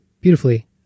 beautifully